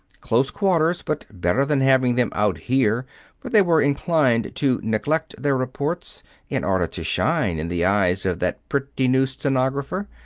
close quarters, but better than having them out here where they were inclined to neglect their reports in order to shine in the eyes of that pretty new stenographer.